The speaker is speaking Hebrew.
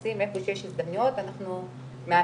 מחפשים איפה שיש הזדמנויות אנחנו מאמצים